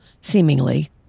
seemingly